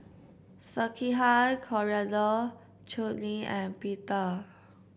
Sekihan Coriander Chutney and Pita